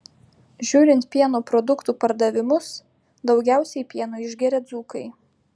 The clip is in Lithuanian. žiūrint pieno produktų pardavimus daugiausiai pieno išgeria dzūkai